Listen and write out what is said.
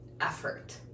effort